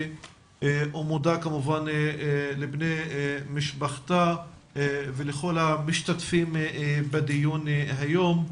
ומודה כמובן לבני משפחתה ולכל המשתתפים בדיון היום.